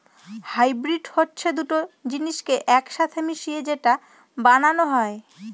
hybrid হচ্ছে দুটো জিনিসকে এক সাথে মিশিয়ে যেটা বানানো হয়